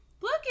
Look